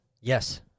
Yes